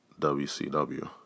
WCW